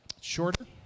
Shorter